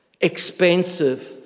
expensive